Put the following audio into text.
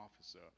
officer